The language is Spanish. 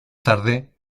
tarde